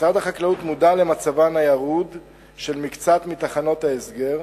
משרד החקלאות מודע למצבן הירוד של מקצת תחנות ההסגר.